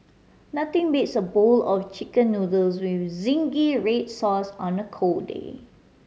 nothing beats a bowl of Chicken Noodles with zingy read sauce on a cold day